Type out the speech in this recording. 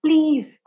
Please